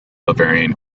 bavarian